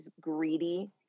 greedy